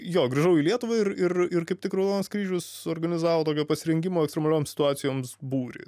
jo grįžau į lietuvą ir ir ir kaip tik raudonas kryžius suorganizavo tokio pasirengimo ekstremalioms situacijoms būrį